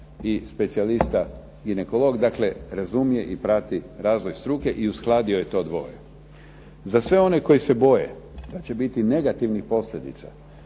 specijalista ginekolog, dakle razumije i prati razvoj struke i uskladio je to dvoje. Za sve one koji se boje da će biti negativnih posljedica